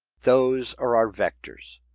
those are our vectors.